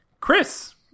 Chris